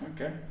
okay